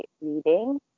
reading